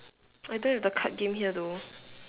I don't have the card game here though